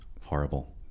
Horrible